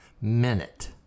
minute